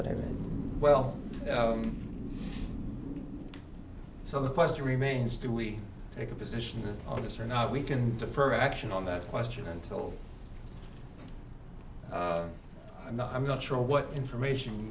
what i mean well so the question remains do we take a position on this or not we can defer action on that question until i'm not i'm not sure what information